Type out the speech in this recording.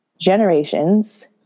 generations